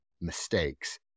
mistakes